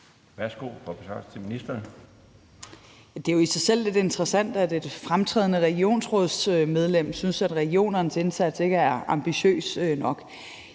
og sundhedsministeren (Sophie Løhde): Det er jo i sig selv lidt interessant, at et fremtrædende regionsrådsmedlem synes, at regionernes indsats ikke er ambitiøs nok.